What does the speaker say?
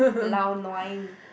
lau-nua ing